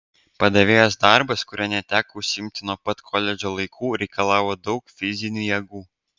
padavėjos darbas kuriuo neteko užsiimti nuo pat koledžo laikų reikalavo daug fizinių jėgų